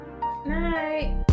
Night